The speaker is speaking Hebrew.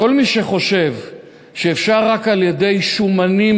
כל מי שחושב שאפשר רק על-ידי הורדת "שומנים"